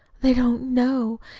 they don't know.